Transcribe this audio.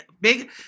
Big